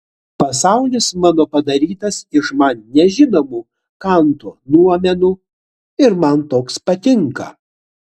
pasaulis mano padarytas iš man nežinomų kanto noumenų ir man toks patinka